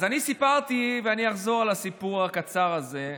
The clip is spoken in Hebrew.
אז אני סיפרתי ואחזור על הסיפור הקצר הזה.